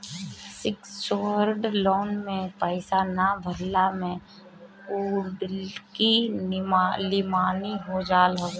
secured loan में पईसा ना भरला पे कुड़की नीलामी हो जात हवे